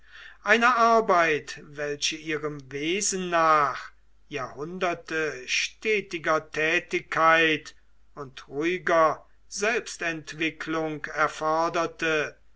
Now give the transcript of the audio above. eine arbeit welche ihrem wesen nach jahrhunderte stetiger tätigkeit und ruhiger selbstentwicklung erforderte